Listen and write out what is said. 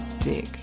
Dick